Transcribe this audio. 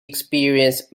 experienced